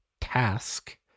task